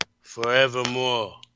Forevermore